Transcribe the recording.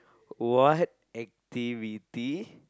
what activity